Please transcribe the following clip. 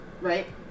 right